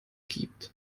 gibt